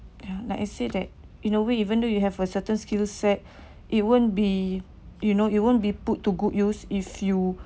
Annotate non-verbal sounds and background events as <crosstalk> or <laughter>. ya like I said that in a way even though you have a certain skill set <breath> it won't be you know you won't be put to good use if you